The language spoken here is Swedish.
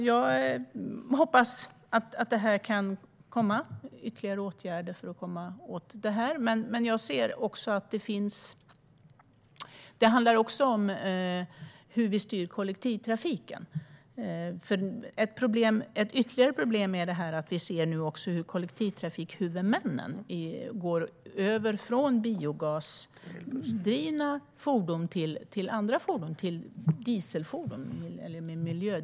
Jag hoppas att det kan komma ytterligare åtgärder för att komma åt detta, men det handlar också om hur vi styr kollektivtrafiken. Ytterligare ett problem är nämligen att kollektivtrafikhuvudmännen går över från biogasdrivna fordon till miljödieselfordon.